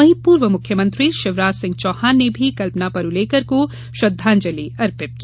वहीं पूर्व मुख्यमंत्री शिवराज सिंह चौहान ने भी कल्पना परूलेकर को श्रद्धांजलि अर्पित की